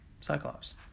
Cyclops